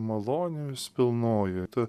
malonės pilnoji tu